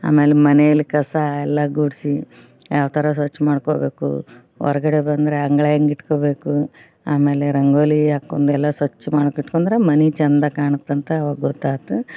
ಆಮೇಲೆ ಮನೇಲಿ ಕಸ ಎಲ್ಲ ಗುಡಿಸಿ ಯಾವ ಥರ ಸ್ವಚ್ಛ ಮಾಡ್ಕೊಳ್ಬೇಕು ಹೊರ್ಗಡೆ ಬಂದರೆ ಅಂಗಳ ಹೆಂಗೆ ಇಟ್ಕೋಳ್ಬೇಕು ಆಮೇಲೆ ರಂಗೋಲಿ ಹಾಕ್ಕೊಂಡು ಎಲ್ಲ ಸ್ವಚ್ಛ ಮಾಡೋಕಿಟ್ಕೊಂಡ್ರೆ ಮನೆ ಚೆಂದ ಕಾಣುತ್ತಂತ ಅವಾಗ ಗೊತ್ತಾಯ್ತು